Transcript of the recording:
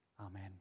Amen